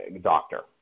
doctor